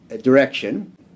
direction